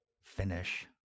finish